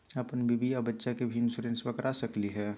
अपन बीबी आ बच्चा के भी इंसोरेंसबा करा सकली हय?